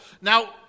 Now